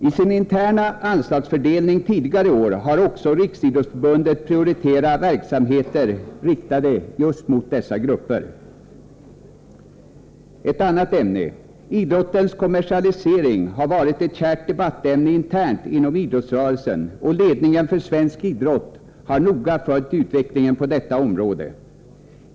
I sin interna anslagsfördelning tidigare år har också Riksidrottsförbundet prioriterat verksamheter riktade just mot dessa grupper. Ett kärt debattämne internt inom idrottsrörelsen har varit idrottens kommersialisering, och ledningen för svensk idrott har noga följt utvecklingen på detta område.